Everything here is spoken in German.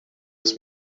des